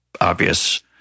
obvious